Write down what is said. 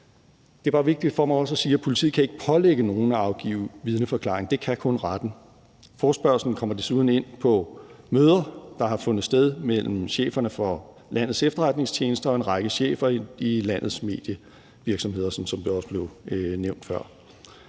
Det er bare vigtigt for mig også at sige, at politiet ikke kan pålægge nogen at afgive vidneforklaring; det kan kun retten. I forespørgslen kommer man desuden ind på møder, der har fundet sted mellem cheferne for landets efterretningstjenester og en række chefer i landets medievirksomheder, sådan som det også blev nævnt før.